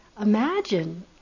imagine